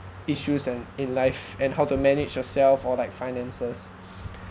issues and in life and how to manage yourself or like finances